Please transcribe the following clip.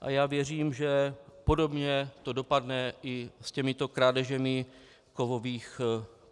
A věřím, že podobně to dopadne i s těmito krádežemi kovových